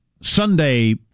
Sunday